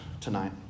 tonight